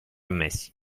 mesi